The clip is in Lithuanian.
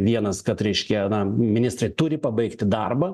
vienas kad reiškia na ministrai turi pabaigti darbą